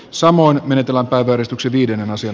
samoin eteläpää puristuksen viidennen osan